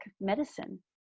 medicine